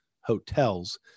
hotels